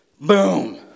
Boom